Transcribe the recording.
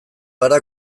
gara